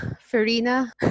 Farina